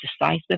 decisive